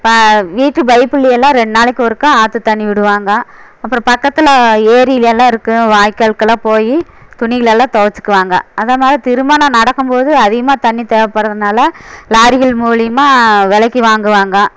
வீட்டு பயிப்புலை எல்லாம் ரெண்ட் நாளுக்கு ஒருக்கா ஆற்று தண்ணி விடுவாங்க அப்புறம் பக்கத்தில் ஏரியிலலாம் இருக்கும் வாய்க்காலுக்குலாம் போய் துணிகளெல்லாம் துவைச்சிக்குவாங்க அந்தமாதிரி திருமண நடக்கும் போது அதிகமாக தண்ணி தேவைப்பட்றதுனால லாரிகள் மூலியமாக விலைக்கி வாங்குவாங்க